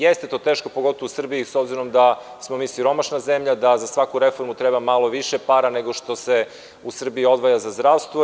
Jeste to teško, pogotovo u Srbiji, s obzirom da smo mi siromašna zemlja, da za svaku reformu treba malo više para nego što se u Srbiji odvaja za zdravstvo.